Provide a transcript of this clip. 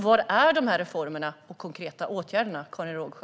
Var är reformerna och de konkreta åtgärderna, Karin Rågsjö?